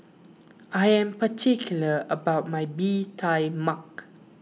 I am particular about my Bee Tai Mak